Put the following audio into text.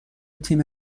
تیم